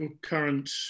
current